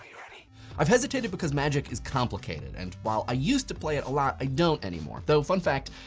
i've hesitated because magic is complicated. and while i used to play it a lot, i don't anymore. though, fun fact,